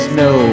no